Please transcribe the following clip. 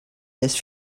this